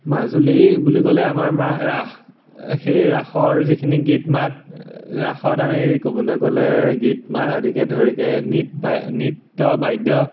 মাজুলী বুলি ক'লে আমাৰ ৰাস সেই ৰাসৰ যিখিনি গীত মাত ৰাসত আমি ক'বলৈ গ'লে গীত মাত আদিকে ধৰিকে নৃত নৃত্য বাদ্য